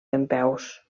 dempeus